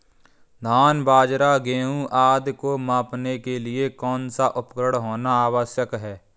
धान बाजरा गेहूँ आदि को मापने के लिए कौन सा उपकरण होना आवश्यक है?